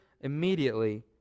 immediately